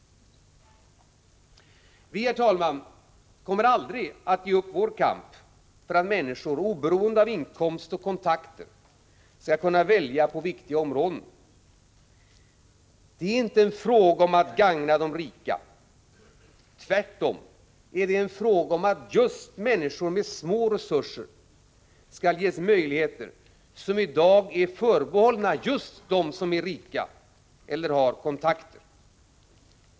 Vi, herr talman, kommer aldrig att ge upp vår kamp för att människor — oberoende av inkomst och kontakter — skall kunna välja på viktiga områden. Det är inte en fråga om att gagna de rika. Tvärtom är det en fråga om att just människor med små resurser skall ges möjligheter som i dag är förbehållna just dem som är rika eller har kontakter.